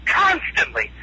constantly